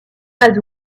pas